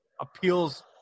appeals